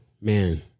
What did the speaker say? man